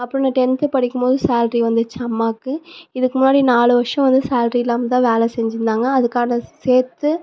அப்புறம் நான் டென்த்து படிக்கும்போது சேல்ரி வந்துச்சு அம்மாவுக்கு இதுக்கு முன்னாடி நாலு வருஷம் வந்து சேல்ரி இல்லாமல் தான் வேலை செஞ்சுன்னு இருந்தாங்க அதுக்காக சேர்த்து